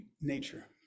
nature